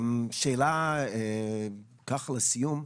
שאלה ככה לסיום,